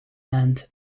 and